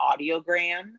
audiogram